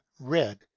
red